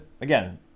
again